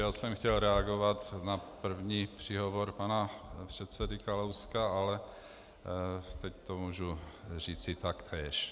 Já jsem chtěl reagovat na první příhovor pana předsedy Kalouska, ale teď to můžu říci taktéž.